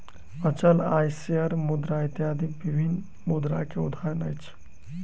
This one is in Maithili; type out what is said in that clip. अचल आय, शेयर मुद्रा इत्यादि विभिन्न मुद्रा के उदाहरण अछि